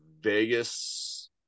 Vegas